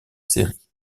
série